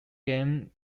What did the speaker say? game